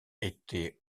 était